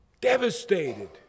devastated